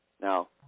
Now